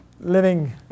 living